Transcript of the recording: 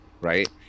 Right